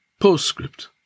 Postscript